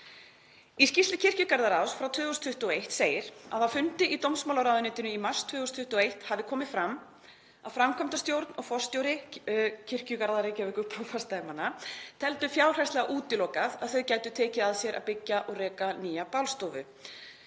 Í skýrslu kirkjugarðaráðs frá 2021 segir að á fundi í dómsmálaráðuneytinu í mars 2021 hafi komið fram að framkvæmdastjórn og forstjóri Kirkjugarða Reykjavíkurprófastsdæma teldu fjárhagslega útilokað að þau gætu tekið að sér að byggja og reka nýja bálstofu